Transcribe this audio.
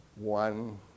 one